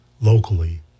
locally